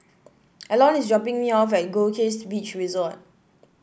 Elon is dropping me off at Goldkist Beach Resort